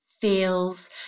feels